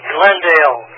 Glendale